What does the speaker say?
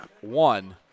one